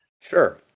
Sure